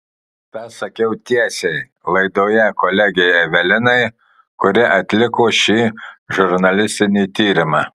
tą sakiau tiesiai laidoje kolegei evelinai kuri atliko šį žurnalistinį tyrimą